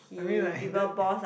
I mean like that